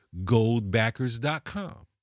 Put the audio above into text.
GoldBackers.com